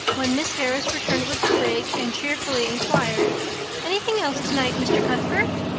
when miss harris returned with the rake and cheerfully inquired anything else tonight, mr. cuthbert?